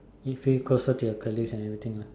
it feels closer to your colleague and everything lah